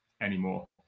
anymore